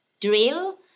drill